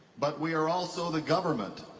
but we are also the government.